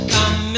Come